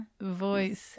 voice